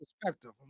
perspective